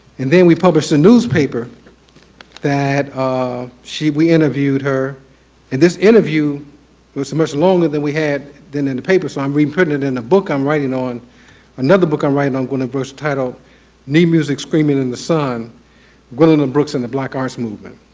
and then we published a newspaper that ah she we interviewed her and this interview was much longer than we had then, in the paper, so i'm reprinting it in the book i'm writing on another book i'm writing on gwendolyn kind of brooks titled ne-music screaming in the sun gwendolyn brooks and the black arts movement.